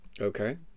okay